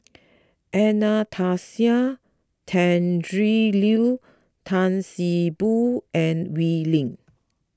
Anastasia Tjendri Liew Tan See Boo and Wee Lin